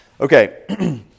Okay